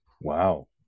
Wow